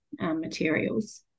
materials